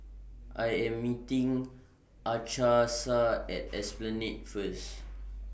I Am meeting Achsah At Esplanade First